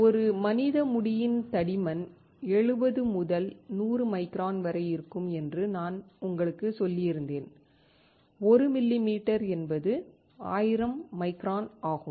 ஒரு மனித முடியின் தடிமன் 70 முதல் 100 மைக்ரான் வரை இருக்கும் என்று நான் உங்களுக்குச் சொல்லியிருந்தேன் 1 மில்லிமீட்டர் என்பது 1000 மைக்ரான் ஆகும்